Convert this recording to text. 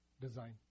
design